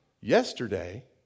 Yesterday